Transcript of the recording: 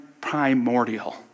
primordial